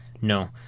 No